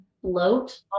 float